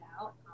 out